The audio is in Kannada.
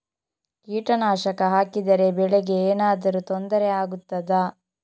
ಕೀಟನಾಶಕ ಹಾಕಿದರೆ ಬೆಳೆಗೆ ಏನಾದರೂ ತೊಂದರೆ ಆಗುತ್ತದಾ?